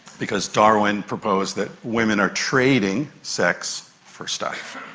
because darwin proposed that women are trading sex for stuff.